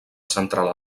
central